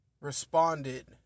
responded